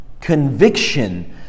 conviction